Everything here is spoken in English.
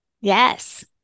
Yes